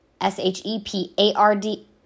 S-H-E-P-A-R-D